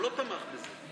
הוא לא תמך בזה.